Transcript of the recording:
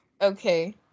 Okay